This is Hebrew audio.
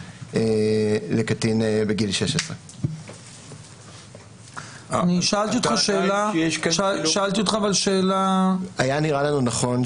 לקטין בגיל 16. שאלתי אותך שאלה --- היה נראה לנו נכון,